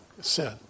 sin